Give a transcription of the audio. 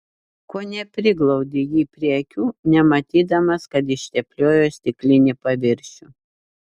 kone priglaudė jį prie akių nematydamas kad ištepliojo stiklinį paviršių